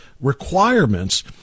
requirements